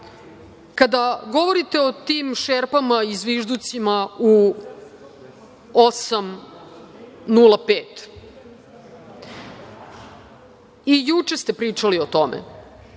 Kada govorite o tim šerpama i zvižducima u 20.05 časova, i juče ste pričali o tome